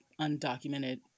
undocumented